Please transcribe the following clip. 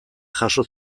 jaso